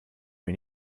mir